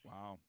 Wow